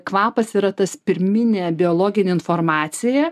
kvapas yra tas pirminė biologinė informacija